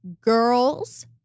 girls